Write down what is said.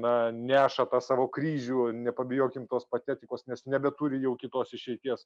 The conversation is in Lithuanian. na neša tą savo kryžių nepabijokime tos patetikos nes nebeturi jau kitos išeities